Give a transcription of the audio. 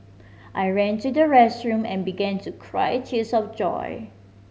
I ran to the restroom and began to cry tears of joy